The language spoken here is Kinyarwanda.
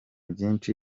byinshi